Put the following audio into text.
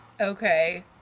Okay